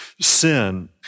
sin